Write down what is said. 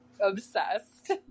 obsessed